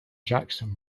jackson